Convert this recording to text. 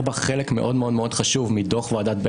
בה חלק מאוד-מאוד חשוב מתוך ועדת בייניש,